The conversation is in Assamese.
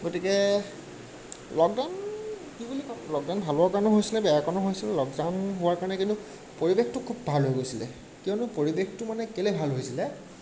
গতিকে লকডাউন কি বুলি ক'ম লকডাউন ভালৰ কাৰণেও হৈছিলে বেয়াৰ কাৰণেও হৈছিলে লকডাউন হোৱাৰ কাৰণে কিন্তু পৰিৱেশটো খুব ভাল হৈ গৈছিলে কিয়নো পৰিৱেশটো মানে কেলৈ ভাল হৈছিলে